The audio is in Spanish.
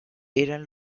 eran